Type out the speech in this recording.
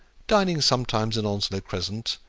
dining sometimes in onslow crescent,